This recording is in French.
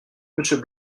monsieur